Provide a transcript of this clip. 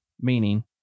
meaning